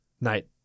night